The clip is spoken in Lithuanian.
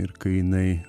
ir kai jinai